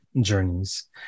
journeys